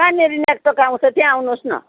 कहाँनेरि नेटवर्क आउँछ त्यहाँ आउनुहोस् न